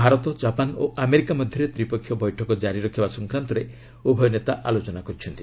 Bharat Japan ଓ America ମଧ୍ୟରେ ତ୍ରିପକ୍ଷିୟ ବୈଠକ କାରି ରଖିବା ସଂକ୍ରାନ୍ତରେ ଉଭୟ ନେତା ଆଲୋଚନା କରିଛନ୍ତି